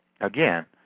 again